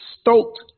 stoked